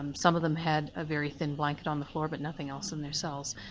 um some of them had a very thin blanket on the floor, but nothing else in their cells.